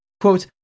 Quote